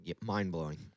mind-blowing